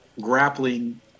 grappling